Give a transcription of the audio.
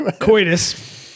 Coitus